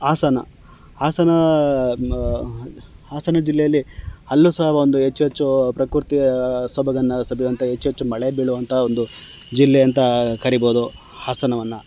ಹಾಸನ ಹಾಸನ ಹಾಸನ ಜಿಲ್ಲೆಯಲ್ಲಿ ಅಲ್ಲೂ ಸಹ ಒಂದು ಹೆಚ್ಚು ಹೆಚ್ಚು ಪ್ರಕೃತಿಯ ಸೊಬಗನ್ನು ಸವಿಯುವಂಥ ಹೆಚ್ಚು ಹೆಚ್ಚು ಮಳೆ ಬೀಳುವಂಥ ಒಂದು ಜಿಲ್ಲೆ ಅಂತ ಕರಿಬೋದು ಹಾಸನವನ್ನು